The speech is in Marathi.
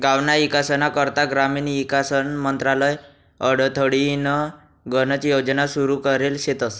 गावना ईकास करता ग्रामीण ईकास मंत्रालय कडथीन गनच योजना सुरू करेल शेतस